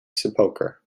sepulchre